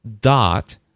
dot